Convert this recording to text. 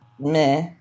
meh